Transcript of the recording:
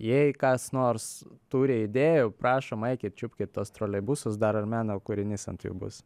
jei kas nors turi idėjų prašom eikit čiupkit tuos troleibusus dar ir meno kūrinys ant jų bus